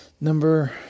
number